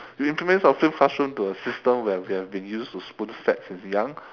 we implement our flipped classroom to a system where we have been used to spoonfed since young